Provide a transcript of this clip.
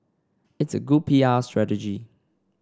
it's a good P R strategy